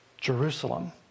Jerusalem